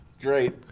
Great